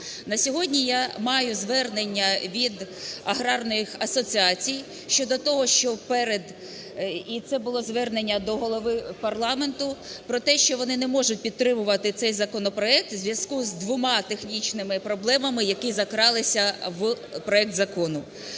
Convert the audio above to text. На сьогодні я маю звернення від аграрних асоціацій щодо того, що перед, і це було звернення до голови парламенту, про те, що вони не можуть підтримувати цей законопроект в зв'язку з двома технічними проблемами, які закралися в проект закону.